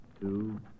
two